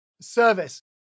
service